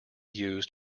used